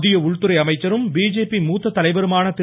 மத்திய உள்துறை அமைச்சரும் பிஜேபி மூத்த தலைவருமான திரு